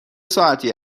ساعتی